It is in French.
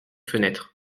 fenêtres